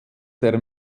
der